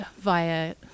via